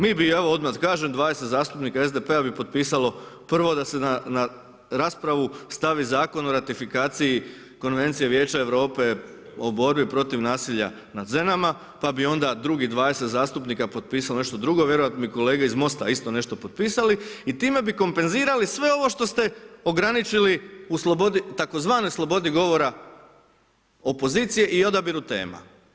Mi bi evo odmah kažem 20 zastupnika SDP-a bi potpisalo prvo da se na raspravu stavi Zakon o ratifikaciji Konvencije Vijeća Europe o borbi protiv nasilja nad ženama pa bi onda drugih 20 zastupnika potpisalo nešto drugo, vjerojatno bi kolege iz MOST-a isto nešto potpisali i time bi kompenzirali sve ovo što ste ograničili u slobodi, tzv. slobodi govora opozicije i odabiru tema.